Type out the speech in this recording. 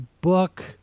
book